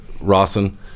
Rawson